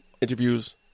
interviews